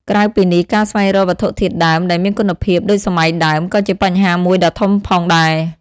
ក្រៅពីនេះ ការស្វែងរកវត្ថុធាតុដើម ដែលមានគុណភាពដូចសម័យដើម ក៏ជាបញ្ហាមួយដ៏ធំផងដែរ។